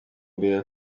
igiye